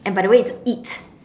and by the way it's it